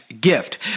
gift